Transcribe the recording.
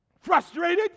Frustrated